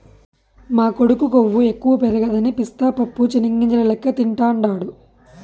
మా కొడుకు కొవ్వు ఎక్కువ పెరగదని పిస్తా పప్పు చెనిగ్గింజల లెక్క తింటాండాడు